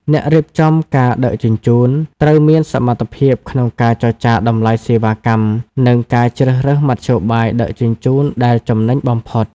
អ្នករៀបចំការដឹកជញ្ជូន ត្រូវមានសមត្ថភាពក្នុងការចរចាតម្លៃសេវាកម្ម និងការជ្រើសរើសមធ្យោបាយដឹកជញ្ជូនដែលចំណេញបំផុត។